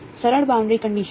સરળ boundary condition